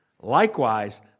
Likewise